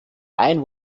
ein